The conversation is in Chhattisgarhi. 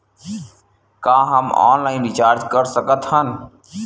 का हम ऑनलाइन रिचार्ज कर सकत हन?